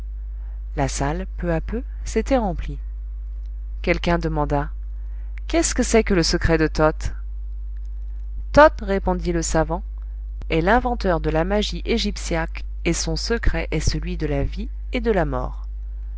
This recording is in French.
la salle peu à peu s'était remplie quelqu'un demanda qu'est-ce que c'est que le secret de toth toth répondit le savant est l'inventeur de la magie égyptiaque et son secret est celui de la vie et de la mort